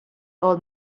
old